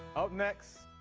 up next,